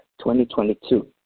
2022